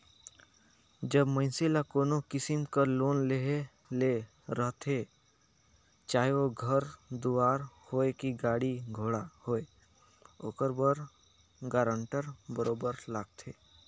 जब मइनसे ल कोनो किसिम कर लोन लेहे ले रहथे चाहे ओ घर दुवार होए कि गाड़ी घोड़ा होए ओकर बर गारंटर बरोबेर लागथे